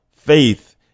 Faith